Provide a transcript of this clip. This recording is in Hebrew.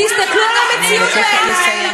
תסתכלו על המציאות בעיניים,